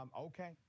Okay